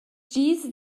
gis